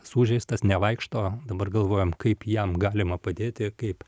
sužeistas nevaikšto dabar galvojam kaip jam galima padėti kaip